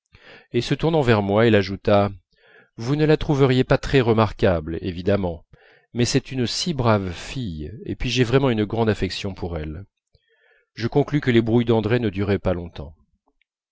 et se tournant vers moi elle ajouta vous ne la trouveriez pas très remarquable évidemment mais c'est une si brave fille et puis j'ai vraiment une grande affection pour elle je conclus que les brouilles d'andrée ne duraient pas longtemps